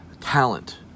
talent